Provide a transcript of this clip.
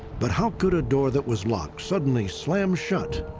but how could a door that was locked suddenly slam shut?